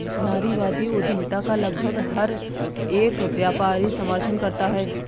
नारीवादी उद्यमिता का लगभग हर एक व्यापारी समर्थन करता है